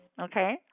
Okay